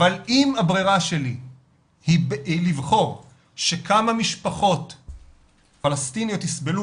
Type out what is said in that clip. אבל אם הברירה שלי היא לבחור שכמה משפחות פלסטיניות יסבלו